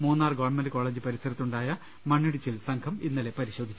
Munnar government college പരിസരത്തുണ്ടായ മണ്ണിടിച്ചിൽ സംഘം ഇന്നലെ പരിശോധിച്ചു